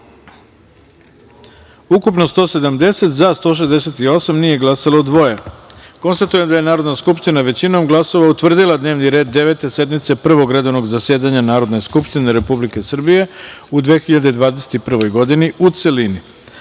ukupno – 170, za – 168, nije glasalo dvoje. Konstatujem da je Narodna skupština, većinom glasova, utvrdila dnevni red Devete sednice Prvog redovnog zasedanja Narodne skupštine Republike Srbije u 2021. godini, u celini. Molim